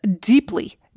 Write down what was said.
deeply